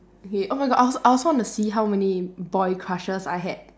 okay oh my god I also I also want to see how many boys crushes I had